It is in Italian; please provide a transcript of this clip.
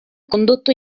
condotto